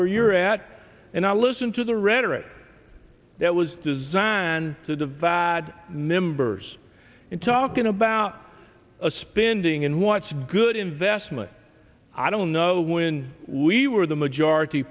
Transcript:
where you're at and i listen to the rhetoric that was designed to divide members in talking about a spending and what's good investment i don't know when we were the majority